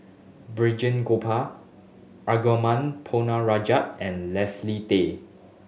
Balraj Gopal Arumugam Ponnu Rajah and Leslie Tay